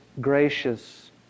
gracious